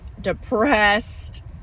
depressed